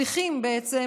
שליחים בעצם,